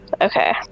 Okay